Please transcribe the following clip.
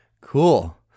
Cool